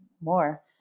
more